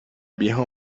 viejo